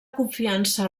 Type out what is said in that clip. confiança